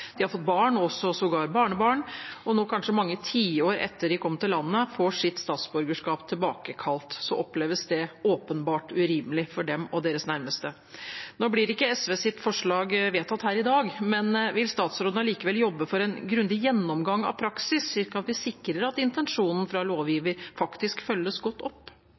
de har fått barn, sågar barnebarn. Så får de, kanskje mange tiår etter at de kom til landet, sitt statsborgerskap tilbakekalt. Det oppleves åpenbart urimelig for dem og deres nærmeste. SVs forslag blir ikke vedtatt her i dag, men vil statsråden allikevel jobbe for en grundig gjennomgang av praksis, slik at vi sikrer at intensjonen fra lovgiver følges godt opp?